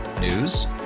News